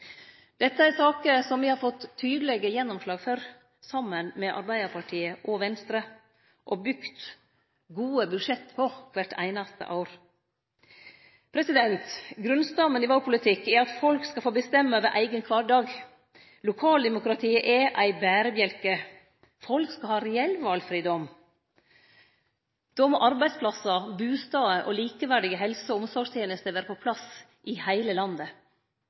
Dette er saker som me har fått tydelege gjennomslag for saman med Arbeidarpartiet og SV, og bygd gode budsjett på kvart einaste år. Grunnstammen i politikken vår er at folk skal få bestemme over eigen kvardag. Lokaldemokratiet er ein berebjelke. Folk skal ha reell valfridom. Då må arbeidsplassar, bustader og likeverdige helse- og omsorgstenester vere på plass i heile landet.